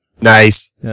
nice